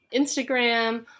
Instagram